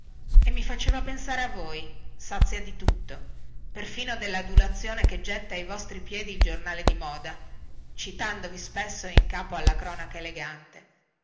e mi faceva pensare a voi sazia di tutto perfino delladulazione che getta ai vostri piedi il giornale di moda citandovi spesso in capo alla cronaca elegante